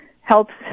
helps